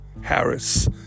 Harris